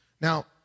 Now